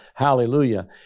Hallelujah